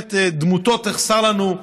באמת דמותו תחסר לנו,